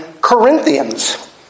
Corinthians